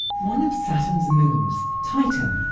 one of saturn's moons, titan,